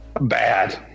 bad